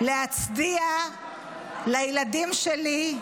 להצדיע לילדים שלי,